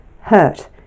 hurt